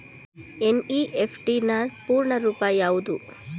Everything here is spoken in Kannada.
ಎನ್.ಇ.ಎಫ್.ಟಿ ನ ಪೂರ್ಣ ರೂಪ ಯಾವುದು?